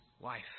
wife